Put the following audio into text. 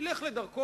ילך לדרכו.